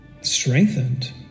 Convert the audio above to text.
strengthened